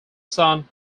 son